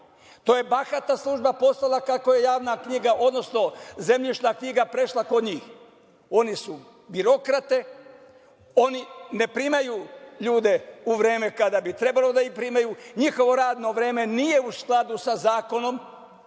To je bahata služba postala kako je zemljišna knjiga prešla kod njih. Oni su birokrate, oni ne primaju ljude u vreme kada bi trebalo da ih primaju, njihovo radno vreme nije u skladu sa zakonom